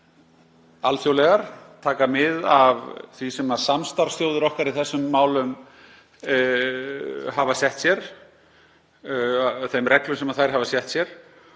sem eru alþjóðlegar, taka mið af því sem samstarfsþjóðir okkar í þessum málum hafa sett sér, þeim reglum sem þær hafa sett sér